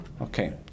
Okay